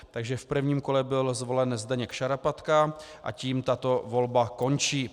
Takže v prvním kole byl zvolen Zdeněk Šarapatka a tím tato volba končí.